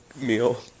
meal